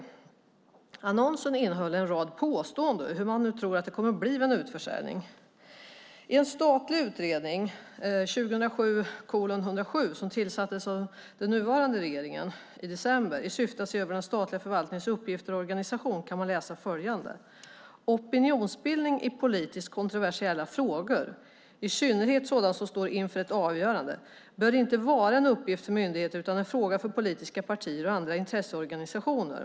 Annonsen innehåller en rad påståenden om hur man tror att det kommer att bli vid en utförsäljning. I en statlig utredning, 2007:107, som tillsattes av den nuvarande regeringen i december 2006 i syfte att se över den statliga förvaltningens uppgifter och organisation kan man läsa följande: "Opinionsbildning i politiskt kontroversiella frågor - i synnerhet sådana som står inför ett avgörande - bör inte vara en uppgift för myndigheter utan en fråga för politiska partier och andra intresseorganisationer".